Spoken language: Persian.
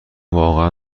واقعا